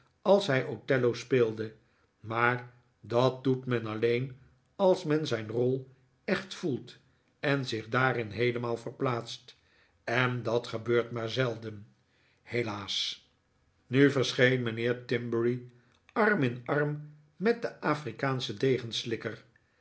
als hij voor othello speelde maar dat doet men alleen als men zijn rol echt voelt en zich daarin heelemaal verplaatst en dat gebeurt maar zelden helaas nu verscheen mijnheer timberry arm in arm met den afrikaanschen